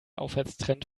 aufwärtstrend